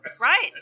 Right